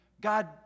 God